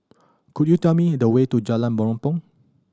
could you tell me the way to Jalan Mempurong